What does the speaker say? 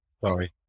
Sorry